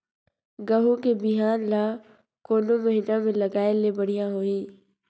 गहूं के बिहान ल कोने महीना म लगाय ले बढ़िया होही?